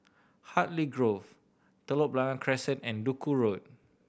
Hartley Grove Telok Blangah Crescent and Duku Road